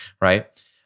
right